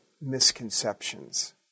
misconceptions